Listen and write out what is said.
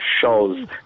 shows